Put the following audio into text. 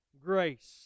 grace